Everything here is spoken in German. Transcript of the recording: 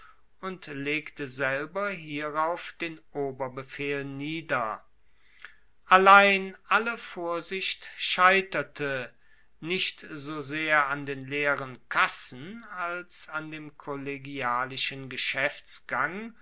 und legte selber hierauf den oberbefehl nieder allein alle vorsicht scheiterte nicht so sehr an den leeren kassen als an dem kollegialischen